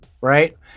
right